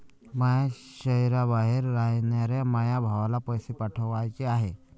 माया शैहराबाहेर रायनाऱ्या माया भावाला पैसे पाठवाचे हाय